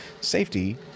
safety